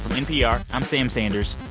npr, i'm sam sanders.